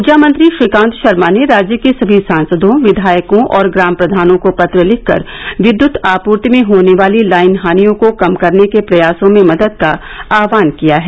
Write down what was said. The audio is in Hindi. ऊर्जा मंत्री श्रीकांत शर्मा ने राज्य के सभी सांसदों विधायकों और ग्राम प्रधानों को पत्र लिखकर विद्युत आपूर्ति में होने वाली लाइन हानियों को कम करने के प्रयासों में मदद का आहवान किया है